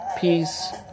peace